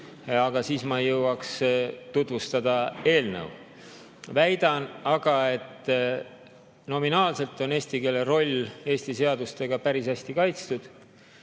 aga siis ma ei jõuaks tutvustada eelnõu. Väidan aga, et nominaalselt on eesti keele roll Eesti seadustega päris hästi kaitstud.